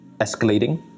escalating